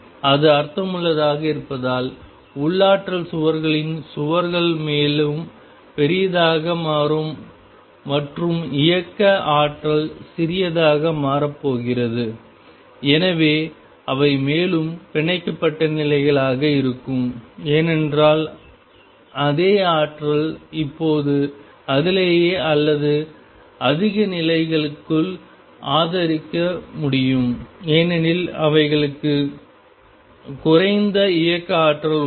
இது அர்த்தமுள்ளதாக இருப்பதால் உள்ளாற்றல் சுவர்களின் சுவர்கள் மேலும் பெரியதாக மாறும் மற்றும் இயக்க ஆற்றல் சிறியதாக மாறப் போகிறது எனவே அவை மேலும் பிணைக்கப்பட்ட நிலைகளாக இருக்கும் ஏனென்றால் அதே ஆற்றல் இப்போது அதிலேயே அல்லது அதிக நிலைகளுக்குள் ஆதரிக்க முடியும் ஏனெனில் அவைகளுக்கு குறைந்த இயக்க ஆற்றல் உள்ளன